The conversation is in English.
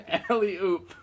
alley-oop